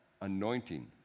anointing